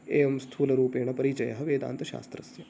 एवं स्थूलरूपेण परिचयः वेदान्तशास्त्रस्य